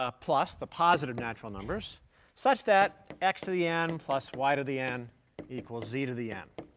ah plus the positive natural numbers such that x to the n plus y to the n equals z to the n.